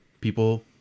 People